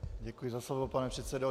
Děkuji za slovo, pane předsedo.